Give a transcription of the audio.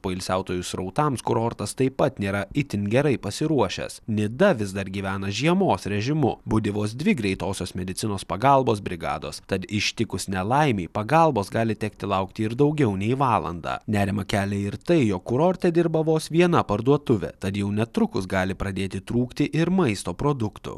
poilsiautojų srautams kurortas taip pat nėra itin gerai pasiruošęs nida vis dar gyvena žiemos režimu budi vos dvi greitosios medicinos pagalbos brigados tad ištikus nelaimei pagalbos gali tekti laukti ir daugiau nei valandą nerimą kelia ir tai jog kurorte dirba vos viena parduotuvė tad jau netrukus gali pradėti trūkti ir maisto produktų